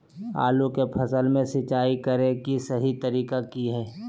आलू की फसल में सिंचाई करें कि सही तरीका की हय?